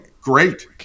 great